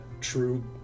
true